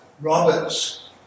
Roberts